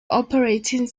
operating